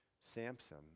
Samson